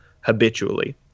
habitually